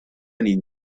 any